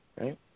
right